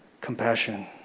Compassion